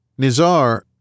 Nizar